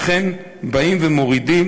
לכן באים ומורידים.